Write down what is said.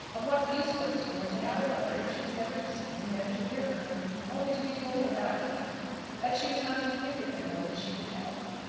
of what use was it to her to have a lover, if she was never to see him, never to hear from him only to be told about him that she was not to think of him more than she could help?